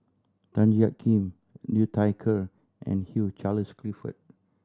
Tan Jiak Kim Liu Thai Ker and Hugh Charles Clifford